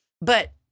But-